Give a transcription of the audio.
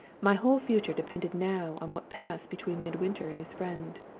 my whole future depended now on what passed between midwinter and his friend!